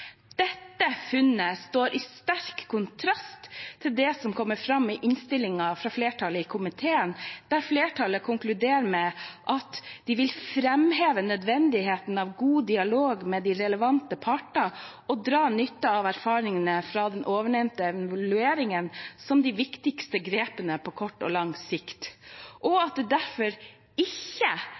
Dette funnet står i sterk kontrast til det som kommer fram i innstillingen fra komiteen, der flertallet konkluderer med: «Flertallet vil derfor fremheve nødvendigheten av god dialog med de relevante partene og å dra nytte av erfaringene fra den ovennevnte evalueringen som de viktigste grepene på både kort og lang sikt, og at det derfor ikke